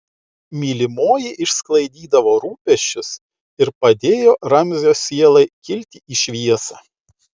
mylimoji išsklaidydavo rūpesčius ir padėjo ramzio sielai kilti į šviesą